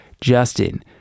Justin